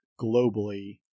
globally